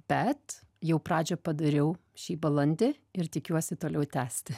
bet jau pradžią padariau šį balandį ir tikiuosi toliau tęsti